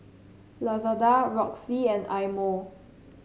Lazada Roxy and Eye Mo